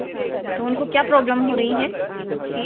तो उनको क्या प्रॉब्लम हो रही है